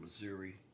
Missouri